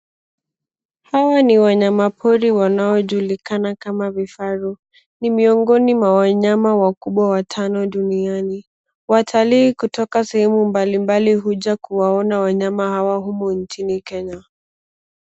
Hawa ni wanyamapori wanaojulikana kama vifaru. Ni miongoni wa wanyama wakubwa watano duniani. Watalii kutoka sehemu mbalimbali uja kuwaona wanyama hawa humu nchini Kenya.